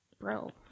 bro